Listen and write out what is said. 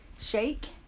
shake